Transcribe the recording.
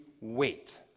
wait